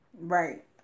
right